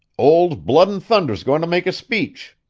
old blood-and-thunder's going to make a speech